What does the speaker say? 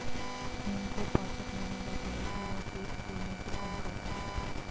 हींग को पाचक माना जाता है कि यह पेट फूलने को कम करता है